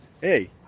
hey